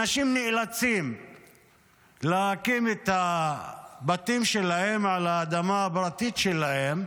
אנשים נאלצים להקים את הבתים שלהם על האדמה הפרטית שלהם,